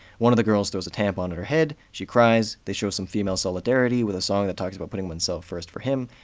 one of the girls throws a tampon at her head, she cries, they show some female solidarity with a song that talks about putting oneself first for him.